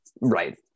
Right